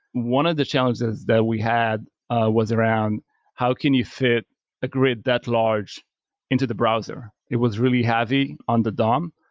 one of the challenges that we had was around how can you fit a grid that large into the browser? it was really heavy on the dom,